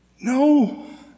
No